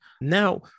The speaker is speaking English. Now